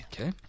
Okay